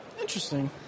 Interesting